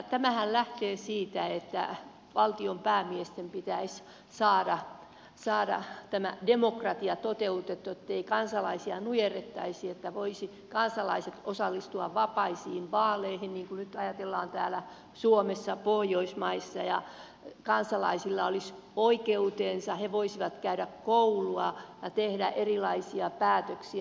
tämähän lähtee siitä että valtionpäämiesten pitäisi saada demokratia toteutettua ettei kansalaisia nujerrettaisi että kansalaiset voisivat osallistua vapaisiin vaaleihin niin kuin ajatellaan nyt vaikka täällä suomessa ja pohjoismaissa ja kansalaisilla olisi oikeutensa he voisivat käydä koulua ja tehdä erilaisia päätöksiä